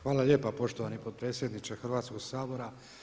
Hvala lijepo poštovani potpredsjedniče Hrvatsko sabora.